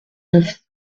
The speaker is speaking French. neuf